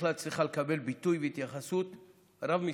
בכלל צריכה לקבל ביטוי והתייחסות רב-משרדית.